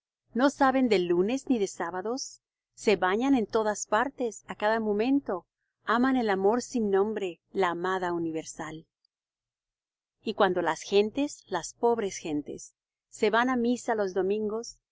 no saben de lunes ni de sábados se bañan en todas partes á cada momento aman el amor sin nombre la amada universal y cuando las gentes las pobres gentes se van á misa los domingos